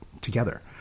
together